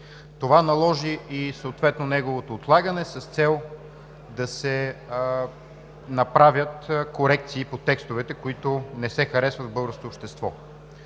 съответно и неговото отлагане с цел да се направят корекции по текстовете, които не се харесват в българското общество.